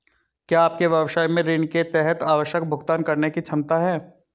क्या आपके व्यवसाय में ऋण के तहत आवश्यक भुगतान करने की क्षमता है?